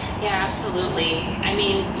yeah, absolutely. i mean,